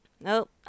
nope